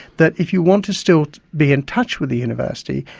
that if you want to still be in touch with a university,